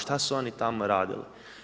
Šta su oni tamo radili?